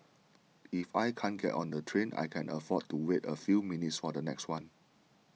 if I can't get on the train I can afford to wait a few minutes for the next one